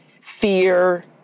fear